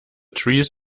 trees